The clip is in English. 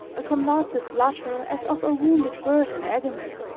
a convulsive flutter as of a wounded bird in agony.